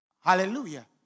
Hallelujah